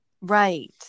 Right